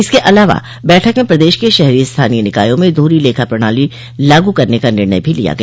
इसके अलावा बैठक में प्रदेश के शहरी स्थानीय निकायों में दोहरी लेखा प्रणाली लागू करने का निर्णय भी लिया गया